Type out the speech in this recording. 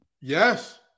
Yes